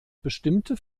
bestimmte